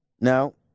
No